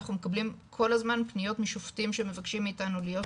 אנחנו מקבלים כל הזמן פניות משופטים שמבקשים מאיתנו להיות שם,